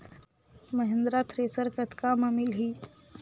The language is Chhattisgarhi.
महिंद्रा थ्रेसर कतका म मिलही?